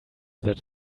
that